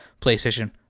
PlayStation